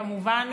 כמובן,